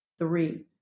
Three